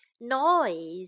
Noise